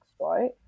right